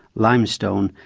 limestone,